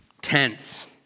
Tense